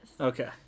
okay